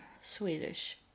Swedish